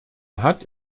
hat